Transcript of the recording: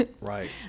right